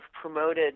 promoted